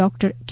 doctor કે